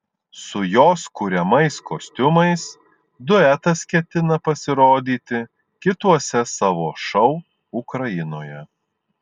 su jos kuriamais kostiumais duetas ketina pasirodyti kituose savo šou ukrainoje